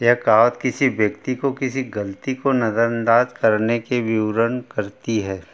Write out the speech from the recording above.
यह कहावत किसी व्यक्ति को किसी गलती को नज़रअंदाज करने के विवरण करती है